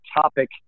topic